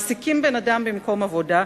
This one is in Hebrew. מעסיקים בן-אדם במקום עבודה,